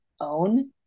own